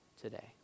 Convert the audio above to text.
today